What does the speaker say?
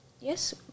Yes